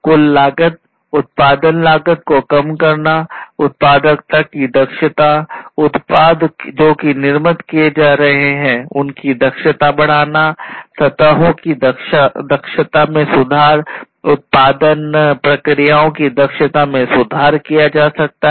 कुल लागत उत्पादन लागत को कम करना उत्पादकता की दक्षता उत्पाद जो कि निर्मित किए जा रहे हैं उनकी दक्षता बढ़ाना सतहों की दक्षता में सुधार उत्पादन प्रक्रियाओं की दक्षता में भी सुधार किया जा सकता है